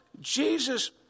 Jesus